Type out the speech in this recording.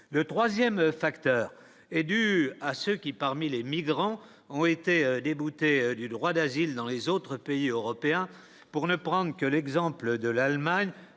le 3ème facteur est due à ce. Qui parmi les migrants ont été déboutés, les droits d'asile dans les autres pays européens pour ne prendre que l'exemple de l'Allemagne,